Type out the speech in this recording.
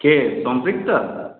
কে সম্পৃক্তা